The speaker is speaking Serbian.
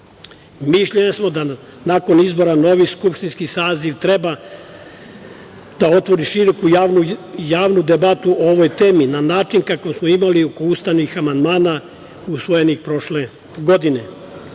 Mišljenja smo da, nakon izbora, novi skupštinski saziv treba da otvori široku javnu debatu o ovoj temi na način kako smo imali oko ustavnih amandmana usvojenih prošle godine.